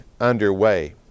underway